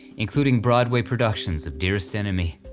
including broadway productions of dearest enemy,